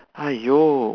!aiyo!